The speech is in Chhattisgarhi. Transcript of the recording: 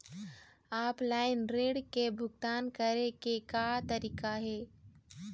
ऑफलाइन ऋण के भुगतान करे के का तरीका हे?